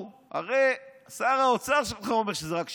הרי שר האוצר שלך אומר שזו רק שפעת.